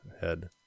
head